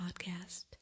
podcast